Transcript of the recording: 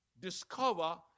discover